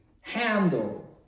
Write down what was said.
handle